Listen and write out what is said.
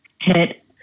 hit